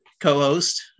co-host